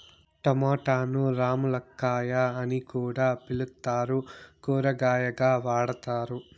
టమోటాను రామ్ములక్కాయ అని కూడా పిలుత్తారు, కూరగాయగా వాడతారు